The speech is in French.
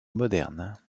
moderne